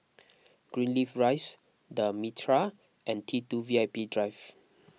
Greenleaf Rise the Mitraa and T two VIP Drive